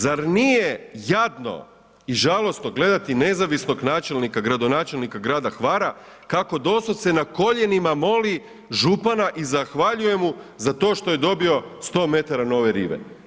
Zar nije jadno i žalosno gledati nezavisnog načelnika, gradonačelnika grada Hvara kako doslovce na koljenima moli župana i zahvaljuje mu za to što je dobio 100 m nove rive?